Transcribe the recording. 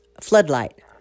floodlight